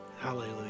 Hallelujah